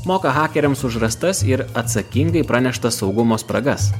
moka hakeriams už rastas ir atsakingai praneštas saugumo spragas